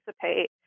participate